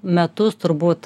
metus turbūt